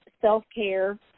self-care